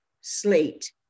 Slate